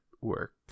work